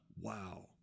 Wow